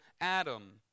Adam